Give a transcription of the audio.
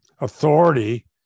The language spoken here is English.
authority